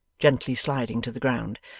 gently sliding to the ground,